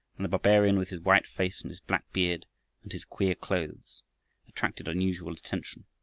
and the barbarian with his white face and his black beard and his queer clothes attracted unusual attention.